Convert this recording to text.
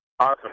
Awesome